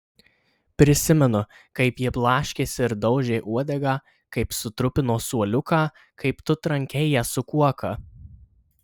prisimenu kaip ji blaškėsi ir daužė uodegą kaip sutrupino suoliuką kaip tu trankei ją su kuoka